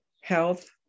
health